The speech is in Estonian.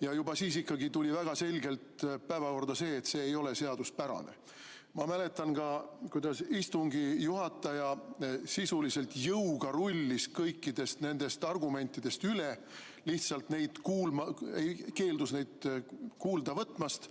ja juba siis oli ikkagi väga selgelt päevakorral see, et see ei ole seaduspärane. Ma mäletan ka, kuidas istungi juhataja sisuliselt jõuga rullis kõikidest nendest argumentidest üle, keeldus neid kuulda võtmast